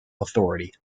authority